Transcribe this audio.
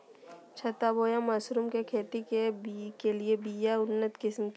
छत्ता बोया मशरूम के खेती के लिए बिया के उन्नत किस्म की हैं?